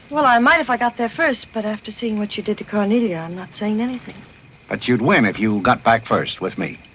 well, i might if i got that first. but after seeing what you did to carnegie ah not saying anything that you'd win if you got back first with me.